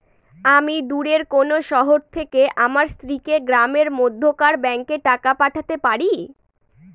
আমি দূরের কোনো শহর থেকে আমার স্ত্রীকে গ্রামের মধ্যেকার ব্যাংকে টাকা পাঠাতে পারি?